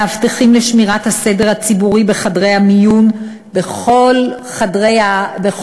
מאבטחים לשמירת הסדר הציבורי בחדרי המיון בכל המלר"דים,